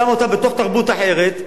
שם אותה בתרבות אחרת,